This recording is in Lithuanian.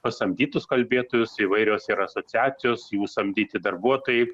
pasamdytus kalbėtojus įvairios yra asociacijos jų samdyti darbuotojai